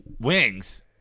Wings